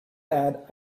add